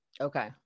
okay